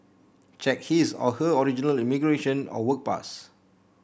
check his or her original immigration or work pass